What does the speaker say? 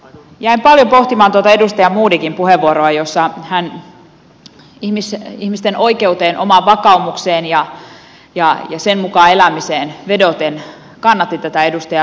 jäin paljon pohtimaan edustaja modigin puheenvuoroa jossa hän ihmisten oikeuteen omaan vakaumukseen ja sen mukaan elämiseen vedoten kannatti tätä edustaja rauhalan esitystä